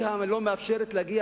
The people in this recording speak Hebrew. היא לא מאפשרת להגיע